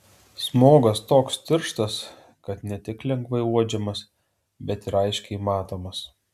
smogas toks tirštas kad ne tik lengvai uodžiamas bet ir aiškiai matomas